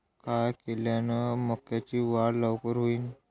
काय केल्यान मक्याची वाढ लवकर होईन?